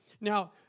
Now